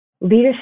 leadership